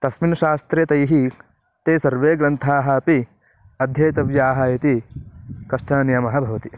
तस्मिन् शास्त्रे तैः ते सर्वे ग्रन्थाः अपि अध्येतव्याः इति कश्चन नियमः भवति